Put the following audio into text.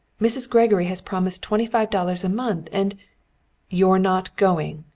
mrs. gregory has promised twenty-five dollars a month, and you're not going,